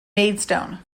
maidstone